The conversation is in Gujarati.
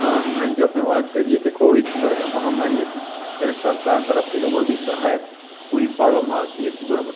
આ હમણાં જો આપણે વાત કરીએ કોવિડ બરાબર મહામારી હતી ત્યારે સરકાર તરફથી તો બધી સહાય પૂરી પાડવામાં આવતી હતી બરાબર